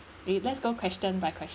okay let's go question by question